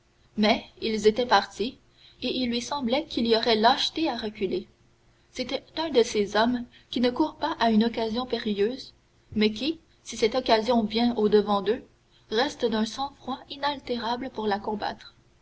mais ils étaient partis et il lui sembla qu'il y aurait lâcheté à reculer c'était un de ces hommes qui ne courent pas à une occasion périlleuse mais qui si cette occasion vient au-devant d'eux restent d'un sang-froid inaltérable pour la combattre